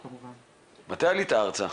מתי עלית ארצה?